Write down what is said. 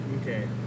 Okay